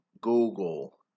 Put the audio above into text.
Google